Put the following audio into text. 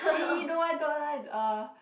eh eh don't want don't want uh